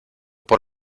por